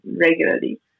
regularly